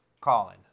Colin